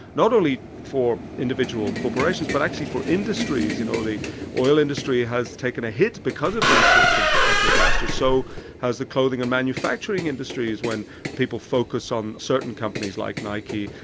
not only for individual corporations but actually for industries, you know, the oil industry has taken a hit because of these sorts of ah disasters. so has the clothing and manufacturing industries when people focus on certain companies like nike,